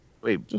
Wait